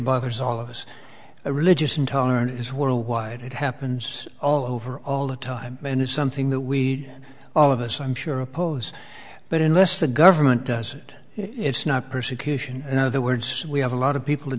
bothers all of us a religious intolerance is worldwide it happens all over all the time and it's something that we can all of us i'm sure oppose but unless the government does it it's not persecution you know the words we have a lot of people to